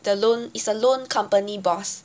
the loan is a loan company boss